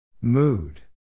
Mood